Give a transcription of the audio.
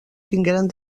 tingueren